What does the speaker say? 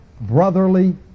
brotherly